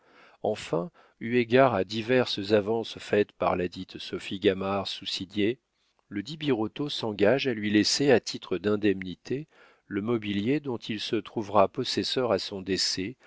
enfin eu égard à diverses avances faites par ladite sophie gamard soussignée ledit birotteau s'engage à lui laisser à titre d'indemnité le mobilier dont il se trouvera possesseur à son décès